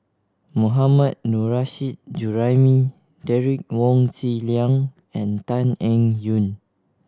Mohammad Nurrasyid Juraimi Derek Wong Zi Liang and Tan Eng Yoon